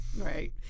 Right